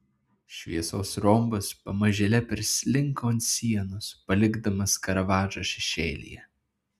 šviesos rombas pamažėle perslinko ant sienos palikdamas karavadžą šešėlyje